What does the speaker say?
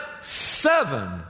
seven